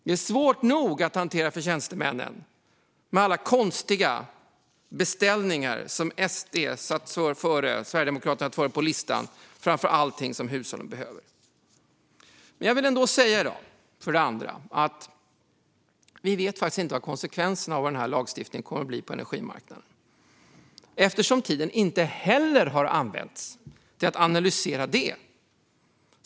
Det är svårt nog för tjänstemännen att hantera alla beställningar som Sverigedemokraterna har satt högst upp på listan, före allt det som hushållen behöver. Men jag vill ändå säga att vi inte vet vad konsekvenserna av den här lagstiftningen kommer att bli på energimarknaden eftersom tiden inte heller har använts till att analysera detta.